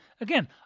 Again